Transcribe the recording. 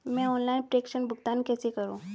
मैं ऑनलाइन प्रेषण भुगतान कैसे करूँ?